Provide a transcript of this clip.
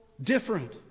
different